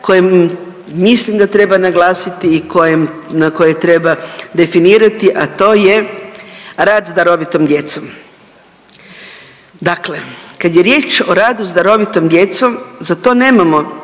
koje mislim da treba naglasiti i koje, na koje treba definirati, a to je rad s darovitom djecom. Dakle, kad je riječ o radu s darovitom djecom za to nemamo